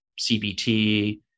CBT